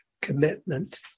commitment